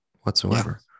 whatsoever